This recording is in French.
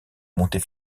montée